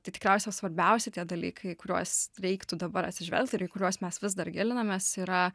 tai tikriausia svarbiausi tie dalykai kuriuos reiktų dabar atsižvelgt ir į kuriuos mes vis dar gilinamės yra